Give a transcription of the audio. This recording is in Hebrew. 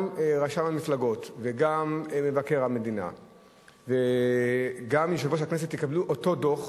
גם רשם המפלגות וגם מבקר המדינה וגם יושב-ראש הכנסת יקבלו את אותו דוח,